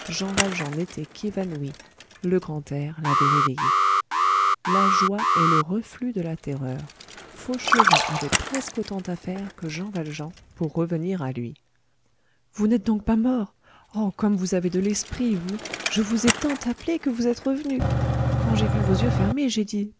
le grand air l'avait réveillé la joie est le reflux de la terreur fauchelevent avait presque autant à faire que jean valjean pour revenir à lui vous n'êtes donc pas mort oh comme vous avez de l'esprit vous je vous ai tant appelé que vous êtes revenu quand j'ai vu vos yeux fermés j'ai dit